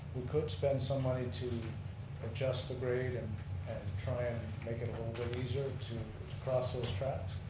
we could spend some money to adjust the grate and try and make it a little bit easier to cross those tracks,